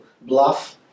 bluff